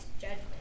judgment